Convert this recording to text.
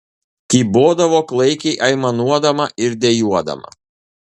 kybodavo klaikiai aimanuodama ir dejuodama